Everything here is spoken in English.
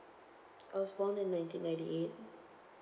I was born in nineteen ninety eight